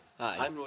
Hi